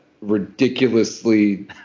ridiculously